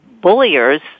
bulliers